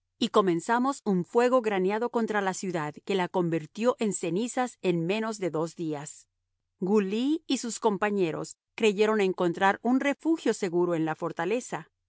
y comenzamos un fuego graneado contra la ciudad que la convirtió en cenizas en menos de dos días gu ly y sus compañeros creyeron encontrar un refugio seguro en la fortaleza